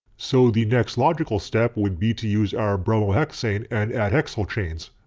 so the next logical step would be to use our bromohexane and add hexyl chains.